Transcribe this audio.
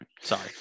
Sorry